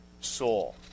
soul